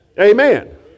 Amen